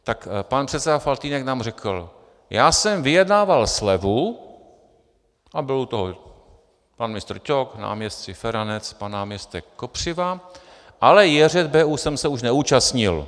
Tak pan předseda Faltýnek nám řekl: já jsem vyjednával slevu a byl u toho pan ministr Ťok, náměstci Feranec, pan náměstek Kopřiva, ale JŘBU jsem se už neúčastnil.